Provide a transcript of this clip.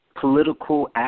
political